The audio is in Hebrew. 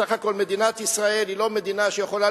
סך הכול מדינת ישראל היא לא מדינה שיכולה